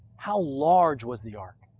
how large was the ark?